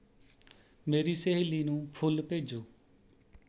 ਮੇਰੀ ਸਹੇਲੀ ਨੂੰ ਫੁੱਲ ਭੇਜੋ